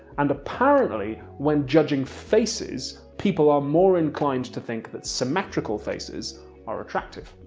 and apparently when judging faces people are more inclined to think that symmetrical faces are attractive.